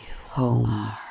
home